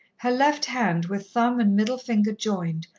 her left hand, with thumb and middle finger joined,